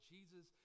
Jesus